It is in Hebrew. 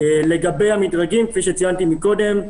לגבי המדרגים, כפי שציינתי קודם,